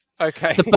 Okay